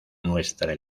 nuestra